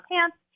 pants